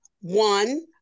One